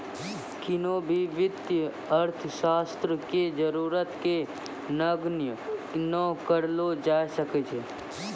किन्हो भी वित्तीय अर्थशास्त्र के जरूरत के नगण्य नै करलो जाय सकै छै